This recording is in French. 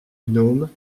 gnome